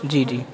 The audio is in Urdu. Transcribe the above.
جی جی